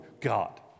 God